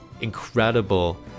incredible